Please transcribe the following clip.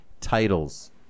titles